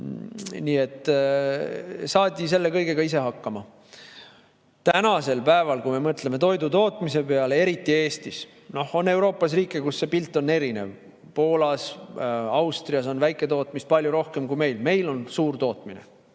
Nii et saadi selle kõigega ise hakkama. Tänasel päeval, kui me mõtleme toidutootmise peale, eriti Eestis – no Euroopas on riike, kus see pilt on erinev, Poolas, Austrias on väiketootmist palju rohkem kui meil –, meil on suurtootmine,